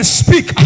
speak